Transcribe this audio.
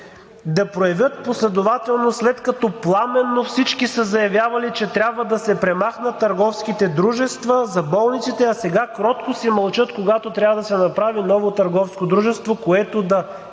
да проявят последователност, след като пламенно всички са заявявали, че трябва да се премахнат търговските дружества за болниците, а сега кротко си мълчат, когато трябва да се направи ново търговско дружество, което да